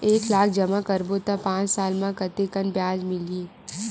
एक लाख जमा करबो त पांच साल म कतेकन ब्याज मिलही?